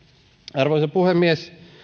arvoisa puhemies